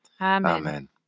Amen